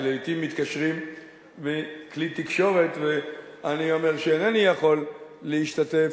שלעתים מתקשרים מכלי-תקשורת ואני אומר שאינני יכול להשתתף,